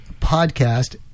podcast